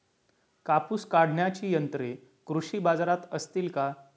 कापूस काढण्याची यंत्रे कृषी बाजारात असतील का?